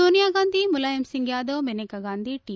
Sonia Gandhi Mulayam Singh Yadav Maneka Gandhi T